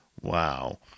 Wow